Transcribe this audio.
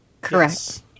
Correct